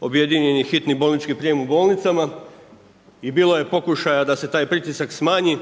objedinjeni hitni bolnički prijem u bolnicama i bilo je pokušaja da se tak pritisak smanji,